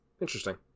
Interesting